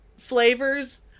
Flavors